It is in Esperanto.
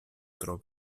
tro